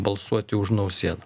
balsuoti už nausėdą